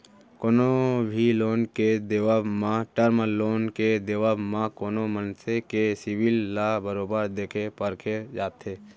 कोनो भी लोन के देवब म, टर्म लोन के देवब म कोनो मनसे के सिविल ल बरोबर देखे परखे जाथे